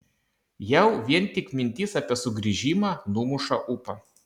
jau vien tik mintis apie sugrįžimą numuša ūpą